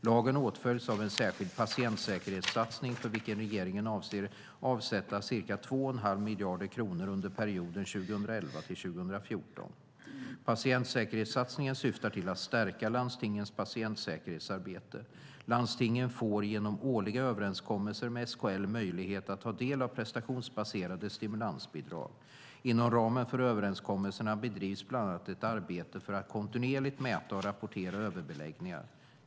Lagen åtföljs av en särskild patientsäkerhetssatsning för vilken regeringen avser att avsätta ca 2,5 miljarder kronor under perioden 2011-2014. Patientsäkerhetssatsningen syftar till att stärka landstingens patientsäkerhetsarbete. Landstingen får genom årliga överenskommelser med SKL möjlighet att ta del av prestationsbaserade stimulansbidrag. Inom ramen för överenskommelserna bedrivs bland annat ett arbete för att kontinuerligt mäta och rapportera överbeläggningar.